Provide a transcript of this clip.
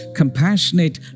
compassionate